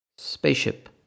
Spaceship